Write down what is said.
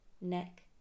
neck